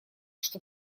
что